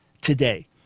today